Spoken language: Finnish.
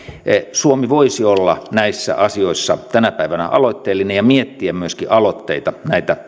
suomi voisi olla näissä asioissa tänä päivänä aloitteellinen ja miettiä myöskin aloitteita